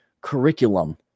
curriculum